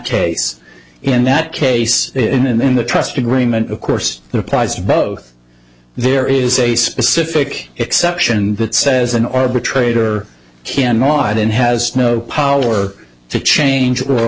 case in that case in and then the trust agreement of course the applies to both there is a specific exception and that says an arbitrator can not and has no power to change or